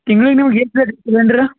ತಿಂಗ್ಳಿಗೆ ನಿಮ್ಗೆ ಎಷ್ಟು ಬೇಕು ರೀ ಸಿಲಿಂಡ್ರ್